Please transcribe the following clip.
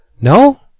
no